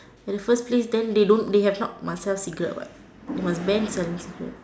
at the first place then they don't they have not must sell cigarettes what must ban selling cigarettes